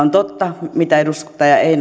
on totta mitä edustaja